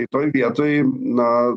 tai toj vietoj na